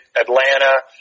Atlanta